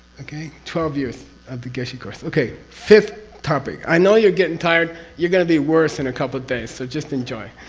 okay, twelve years of the geshe course. okay, fifth topic. i know you're getting tired, you're going to be worse in a couple of days, so just enjoy.